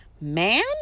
man